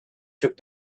took